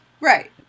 right